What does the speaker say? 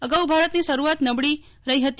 અગાઉ ભારતની શરૂઆત નબળી રહી હતી